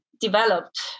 developed